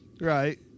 Right